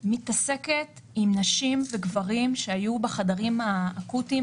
אני מתעסקת עם נשים וגברים שהיו בחדרים האקוטיים,